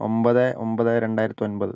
ഒൻപത് ഒൻപത് രണ്ടായിരത്തി ഒൻപത്